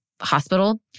hospital